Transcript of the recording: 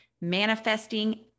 manifesting